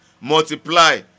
Multiply